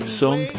song